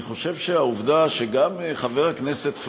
אני חושב שהעובדה שגם חבר הכנסת פריג'